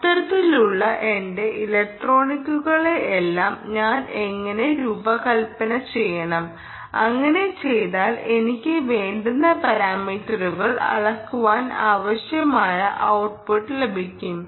അത്തരത്തിലുള്ള എന്റെ ഇലക്ട്രോണിക്കുകളെല്ലാംഞാൻ എങ്ങനെ രൂപകൽപ്പന ചെയ്യണം അങ്ങനെ ചെയ്താൽ എനിക്ക് വേണ്ടുന്ന പാരാമീറ്ററുകൾ അളക്കുവാൻ ആവശ്യമായ ഔട്ട്പുട്ട് ലഭിക്കും